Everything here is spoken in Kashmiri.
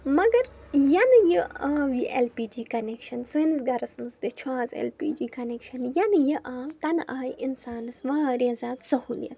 مَگر یَنہٕ یہِ آو یہِ اٮ۪ل پی جی کَنٮ۪کشَن سٲنِس گَرَس منٛز تہِ چھُ آز اٮ۪ل پی جی کَنٮ۪کشَن یَنہٕ یہِ آو تَنہٕ آیہِ اِنسانَس واریاہ زیادٕ سہوٗلیت